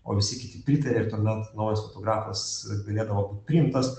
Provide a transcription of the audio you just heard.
o visi kiti pritaria ir tuomet naujas fotografas galėdavo būt priimtas